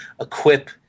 equip